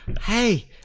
Hey